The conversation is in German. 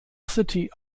city